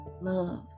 love